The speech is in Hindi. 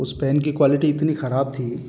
उस पेन की क्वालिटी इतनी ख़राब थी